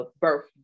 birth